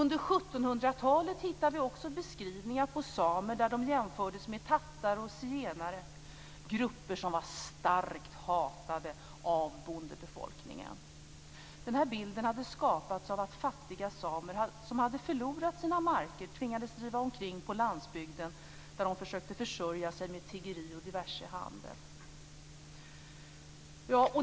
Under 1700-talet hittar vi också beskrivningar av samer där de jämfördes med tattare och zigenare, grupper som var starkt hatade av bondebefolkningen. Den här bilden hade skapats av att fattiga samer, som hade förlorat sina marker, tvingades driva omkring på landsbygden där de försökte försörja sig med tiggeri och diverse handel.